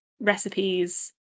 recipes